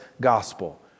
gospel